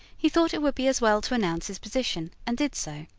he thought it would be as well to announce his position, and did so.